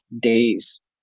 days